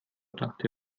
dachte